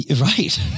Right